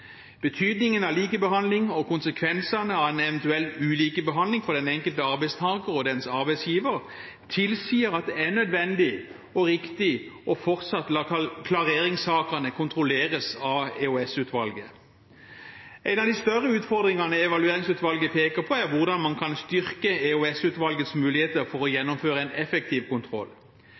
Betydningen av likebehandling og konsekvensene av eventuell ulikebehandling for den enkelte arbeidstaker og dens arbeidsgiver tilsier at det er nødvendig og riktig fortsatt å la klareringssakene kontrolleres av EOS-utvalget. En av de større utfordringene Evalueringsutvalget peker på, er hvordan man kan styrke EOS-utvalgets muligheter for å gjennomføre en effektiv kontroll.